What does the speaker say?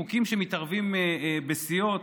חוקים שמתערבים בסיעות,